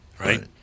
Right